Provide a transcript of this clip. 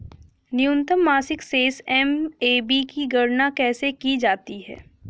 न्यूनतम मासिक शेष एम.ए.बी की गणना कैसे की जाती है?